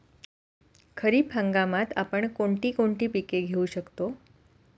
खरीप हंगामात आपण कोणती कोणती पीक घेऊ शकतो?